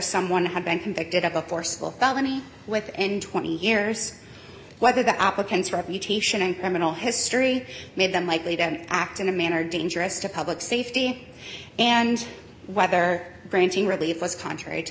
someone had been convicted of a forcible felony with in twenty years whether the applicants reputation and criminal history made them likely to act in a manner dangerous to public safety and whether granting relief was contrary to